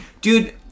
dude